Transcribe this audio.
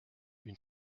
une